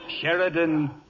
Sheridan